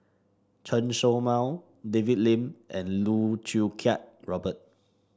Chen Show Mao David Lim and Loh Choo Kiat Robert